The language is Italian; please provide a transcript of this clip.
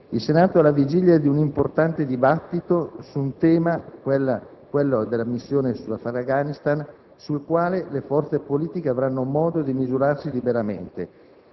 Il Senato è alla vigilia di un importante dibattito su un tema, quello della missione in Afghanistan, sul quale le forze politiche avranno modo di misurarsi liberamente.